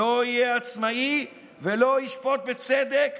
לא יהיה עצמאי ולא ישפוט בצדק,